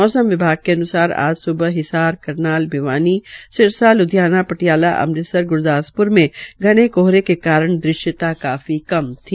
मौसम विभाग के अन्सार आज स्बह हिसार करनाल भिवानी सिरसा ल्धियाना पटियाला अमृतसर गुरदासपुर मे कोहरे के कारण दृश्यता काफी कम थी